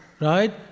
right